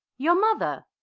your mother.